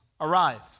arrive